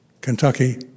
Kentucky